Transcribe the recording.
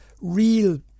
real